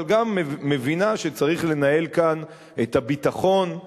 אבל גם מבינה שצריך לנהל כאן את הביטחון,